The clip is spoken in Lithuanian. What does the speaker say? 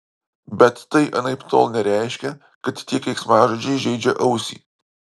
bet tai anaiptol nereiškia kad tie keiksmažodžiai žeidžia ausį